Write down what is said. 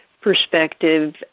perspective